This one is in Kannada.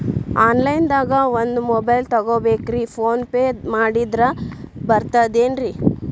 ಆನ್ಲೈನ್ ದಾಗ ಒಂದ್ ಮೊಬೈಲ್ ತಗೋಬೇಕ್ರಿ ಫೋನ್ ಪೇ ಮಾಡಿದ್ರ ಬರ್ತಾದೇನ್ರಿ?